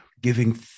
giving